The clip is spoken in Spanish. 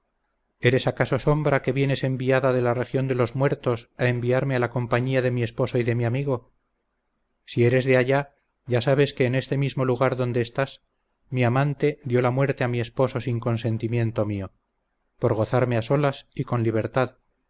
dijo eres acaso sombra que vienes enviada de la región de los muertos a llevarme a la compañía de mi esposo y de mi amigo si eres de allá ya sabes que en este mismo lugar adonde estás mi amante dió la muerte a mi esposo sin consentimiento mio por gozarme a solas y con libertad